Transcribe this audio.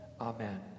Amen